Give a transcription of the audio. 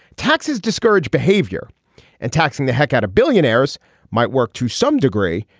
taxes discourage behavior and taxing the heck out of billionaires might work to some degree.